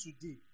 today